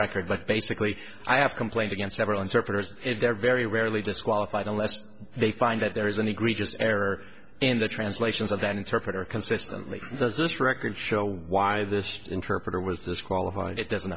record but basically i have complained against several interpreters they're very rarely disqualified unless they find that there is an egregious error in the translations of that interpreter consistently does this record show why this interpreter was disqualified and it doesn't